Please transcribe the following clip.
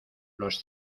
los